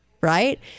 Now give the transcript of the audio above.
Right